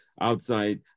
outside